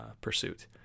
pursuit